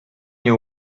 nie